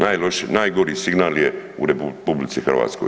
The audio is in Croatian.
Najloši, najgori signal je u RH.